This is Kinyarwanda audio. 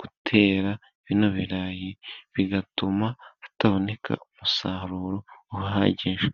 gutera bino birarayi, bigatuma hataboneka umusaruro uhagije.